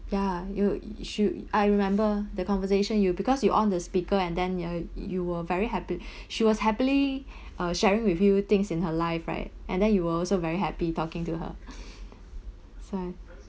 ya you should I remember the conversation you because you on the speaker and then ya you were very happy she was happily uh sharing with you things in her life right and then you also very happy talking to her so I